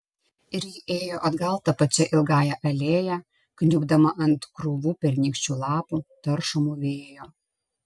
ir ji ėjo atgal ta pačia ilgąja alėja kniubdama ant krūvų pernykščių lapų taršomų vėjo